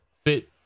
fit